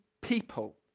people